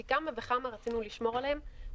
פי כמה וכמה רצינו לשמור עליהם.